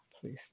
please